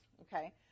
okay